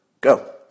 Go